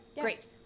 Great